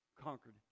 conquered